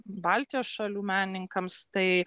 baltijos šalių menininkams tai